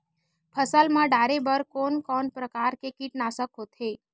फसल मा डारेबर कोन कौन प्रकार के कीटनाशक होथे?